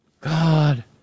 God